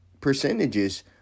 percentages